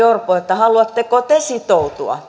haluatteko te sitoutua